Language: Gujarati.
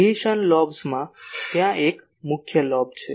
રેડિયેશન લોબ્સમાં ત્યાં એક મુખ્ય લોબ છે